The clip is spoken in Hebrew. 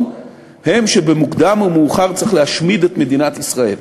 הם שבמוקדם או במאוחר צריך להשמיד את מדינת ישראל,